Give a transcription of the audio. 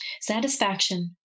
Satisfaction